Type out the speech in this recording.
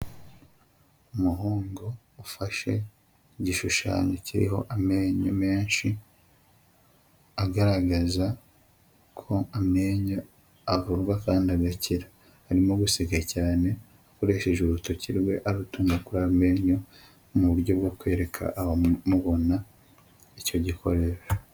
Umuhungu ufashe igishushanyo kiriho amenyo menshi agaragaza ko amenyo avurwa kandi agakira, arimo gusiga cyane akoresheje urutoki rwe arutakura kuri ayo menyo mu buryo bwo kwereka abamubona icyo gikoresho.